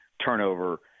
turnover